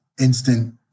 instant